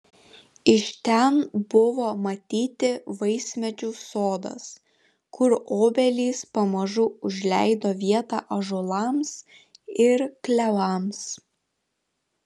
iš ten buvo matyti vaismedžių sodas kur obelys pamažu užleido vietą ąžuolams ir klevams